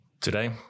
Today